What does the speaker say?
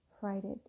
frighted